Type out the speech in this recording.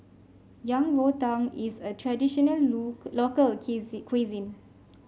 Yang Rou Tang is a traditional local cuisine